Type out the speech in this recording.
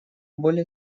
более